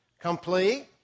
Complete